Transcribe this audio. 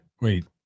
Wait